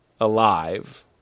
alive